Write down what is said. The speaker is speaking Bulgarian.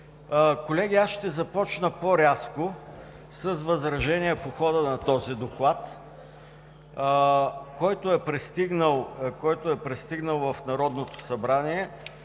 Колеги, ще започна по-рязко – с възражение по хода на този доклад, който е пристигнал в Народното събрание